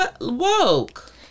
woke